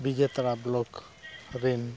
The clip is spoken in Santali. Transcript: ᱵᱤᱡᱮᱛᱟᱲᱟ ᱵᱞᱚᱠ ᱨᱮᱱ